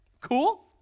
Cool